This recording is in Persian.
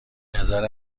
نظر